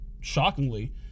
shockingly